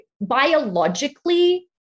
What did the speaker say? biologically